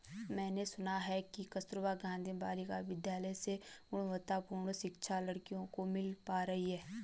मैंने सुना है कि कस्तूरबा गांधी बालिका विद्यालय से गुणवत्तापूर्ण शिक्षा लड़कियों को मिल पा रही है